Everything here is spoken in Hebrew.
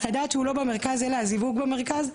לדעת שהוא לא במרכז אלא הזיווג במרכז,